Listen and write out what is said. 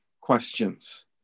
questions